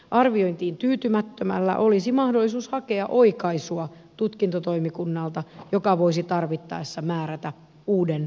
arviointiin tyytymättömällä olisi mahdollisuus hakea oikaisua tutkintotoimikunnalta joka voisi tarvittaessa määrätä uuden arvioinnin